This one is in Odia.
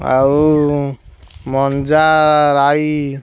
ଆଉ ମଞ୍ଜା ରାଇ